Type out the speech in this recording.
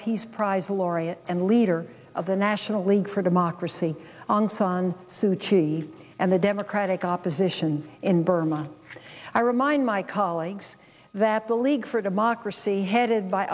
peace prize laureate and leader of the national league for democracy on sun su chief and the democratic opposition in burma i remind my colleagues that the league for democracy headed by